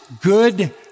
good